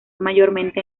mayormente